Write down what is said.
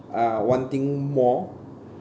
uh wanting more